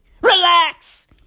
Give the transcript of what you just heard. Relax